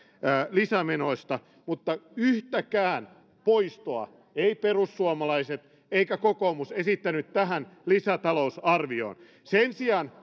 lisämenoista mutta yhtäkään poistoa eivät perussuomalaiset eikä kokoomus esittänyt tähän lisätalousarvioon sen sijaan